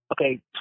Okay